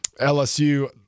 LSU